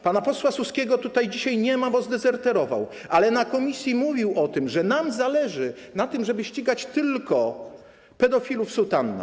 Pana posła Suskiego tutaj dzisiaj nie ma, bo zdezerterował, ale w komisji mówił o tym, że nam zależy na tym, żeby ścigać tylko pedofilów w sutannach.